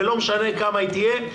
ולא משנה כמה היא תהיה,